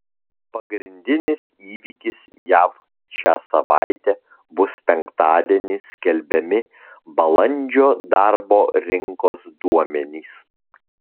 pagrindinis įvykis jav šią savaitę bus penktadienį skelbiami balandžio darbo rinkos duomenys